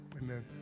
Amen